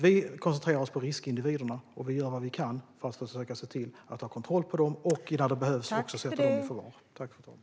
Vi koncentrerar oss på riskindividerna och gör vad vi kan för att ha kontroll på dem, och när det behövs sätter vi dem i förvar.